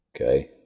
Okay